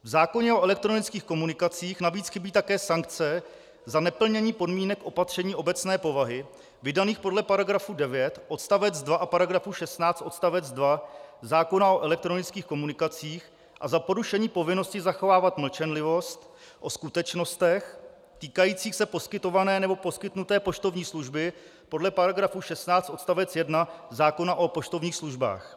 V zákoně o elektronických komunikacích navíc chybí také sankce za neplnění podmínek opatření obecné povahy vydaných podle § 9 odst. 2 a § 16 odst. 2 zákona o elektronických komunikacích a za porušení povinnosti zachovávat mlčenlivost o skutečnostech týkajících se poskytované nebo poskytnuté poštovní služby podle § 16 odst. 1 zákona o poštovních službách.